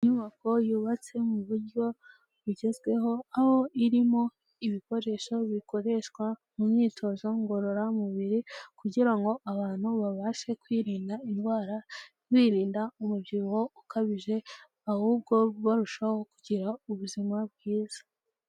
Inyubako yubatse mu buryo bugezweho, aho irimo ibikoresho bikoreshwa mu myitozo ngororamubiri, kugira ngo abantu babashe kwirinda indwara, birinda umubyibuho ukabije, ahubwo barushaho kugira ubuzima bwiza.